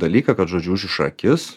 dalyką kad žodžiu užriša akis